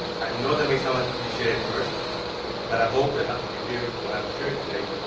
i know that may sound like a cliche at first but i hope that after you hear what i am sharing today,